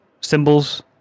symbols